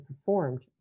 performed